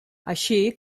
així